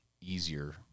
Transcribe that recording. easier